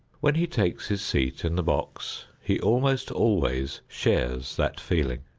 when he takes his seat in the box he almost always shares that feeling.